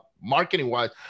marketing-wise